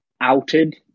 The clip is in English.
outed